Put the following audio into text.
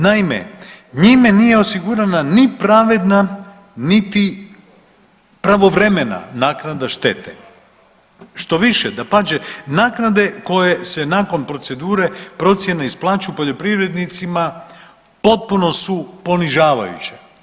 Naime, njime nije osigurana ni pravedna, niti pravovremena naknada štete, štoviše, dapače naknade koje se nakon procedure procijene isplaćuju poljoprivrednicima potpuno su ponižavajuće.